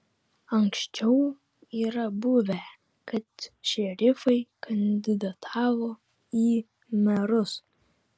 anksčiau yra buvę kad šerifai kandidatavo į merus